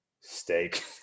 steak